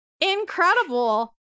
incredible